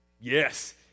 yes